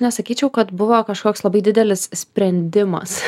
nesakyčiau kad buvo kažkoks labai didelis sprendimas